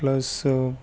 plus